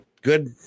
good